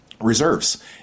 reserves